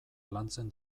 lantzen